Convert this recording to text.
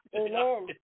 Amen